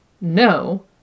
no